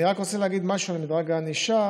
אני רק רוצה להגיד משהו על מדרג הענישה.